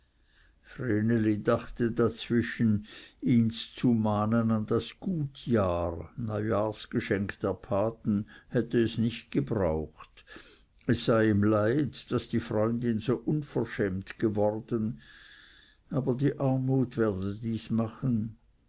dachte dazwischen ihns zu mahnen an das gutjahr hätte es nicht gebraucht es sei ihm leid daß die freundin so unverschämt geworden aber die armut werde dies machen